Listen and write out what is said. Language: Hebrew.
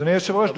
אדוני היושב-ראש,